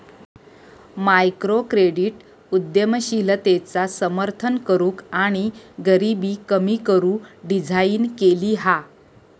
microcredit उद्यमशीलतेचा समर्थन करूक आणि गरीबी कमी करू डिझाईन केली हा